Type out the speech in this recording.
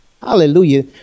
Hallelujah